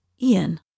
ian